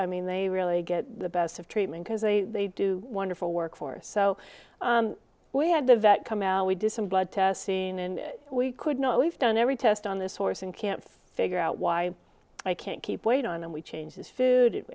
i mean they really get the best of treatment because they do wonderful work for so we had the vet come out we did some blood testing and we could not we've done every test on this horse and can't figure out why i can't keep weight on and we change his food